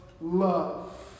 love